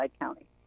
County